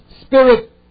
spirit